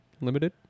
limited